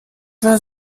war